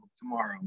tomorrow